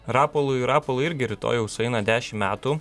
rapolui rapolui irgi rytoj jau sueina dešimt metų